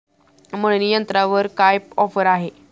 मळणी यंत्रावर काय ऑफर आहे?